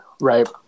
Right